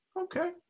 Okay